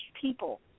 people